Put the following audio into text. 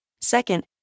Second